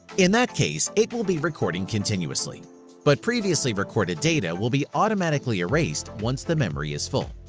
in that case it will be recording continuously but previously recorded data will be automatically erased once the memory is full.